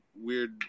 weird